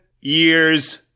years